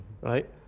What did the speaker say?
right